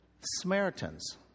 Samaritans